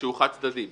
שהוא חד-צדדי.